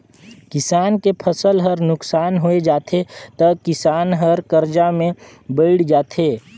किसान के फसल हर नुकसान होय जाथे त किसान हर करजा में बइड़ जाथे